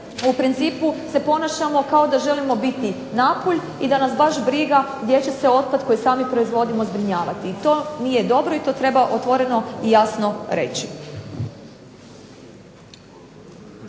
u principu se ponašamo kao da želimo biti Napulj i da nas baš briga gdje će se otpad koji sami proizvodimo zbrinjavati. To nije dobro i to treba otvoreno i jasno reći.